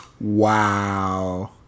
Wow